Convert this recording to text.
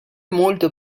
molto